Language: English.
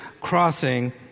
crossing